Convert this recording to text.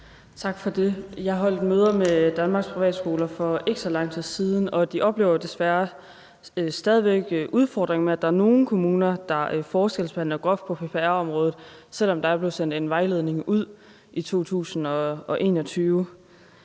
Tak for det. Jeg holdt møde med Danmarks Private Skoler for ikke så lang tid siden, og de oplever desværre stadig væk udfordringer med, at der er nogle kommuner, der forskelsbehandler groft på PPR-området, selv om der er blevet sendt en vejledning ud i 2021.